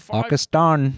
Pakistan